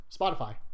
Spotify